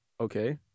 Okay